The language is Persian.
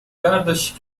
برداشتی